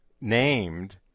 named